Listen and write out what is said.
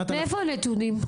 מאיפה הנתונים?